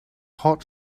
hot